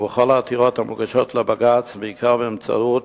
ובכל העתירות שמוגשות לבג"ץ, בעיקר באמצעות